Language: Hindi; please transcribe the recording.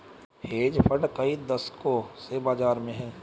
हेज फंड कई दशकों से बाज़ार में हैं